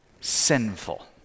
sinful